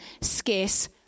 scarce